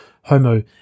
Homo